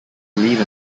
believe